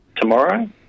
tomorrow